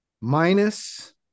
Minus